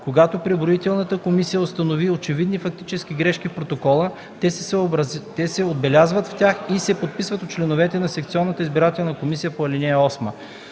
Когато преброителната комисия установи очевидни фактически грешки в протоколите, те се отбелязват в тях и се подписват от членовете на секционната избирателна комисия по ал. 8.